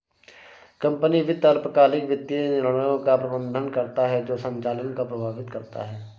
company वित्त अल्पकालिक वित्तीय निर्णयों का प्रबंधन करता है जो संचालन को प्रभावित करता है